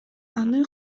аны